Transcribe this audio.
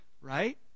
right